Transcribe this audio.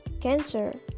cancer